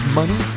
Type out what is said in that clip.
money